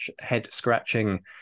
head-scratching